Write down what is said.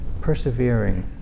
persevering